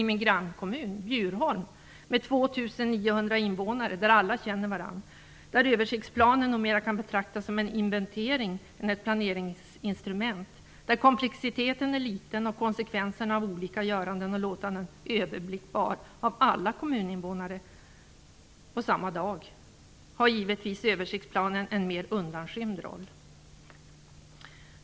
I min grannkommun Bjurholm, med 2 900 invånare där alla känner varandra, där översiktsplanen nog mera kan betraktas som en inventering än ett planeringsinstrument, där komplexiteten är liten och konsekvenserna av olika göranden och låtanden överblickbara av alla kommuninvånare på samma dag, har översiktsplanen givetvis en mera undanskymd roll.